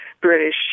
British